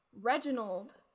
Reginald